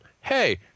Hey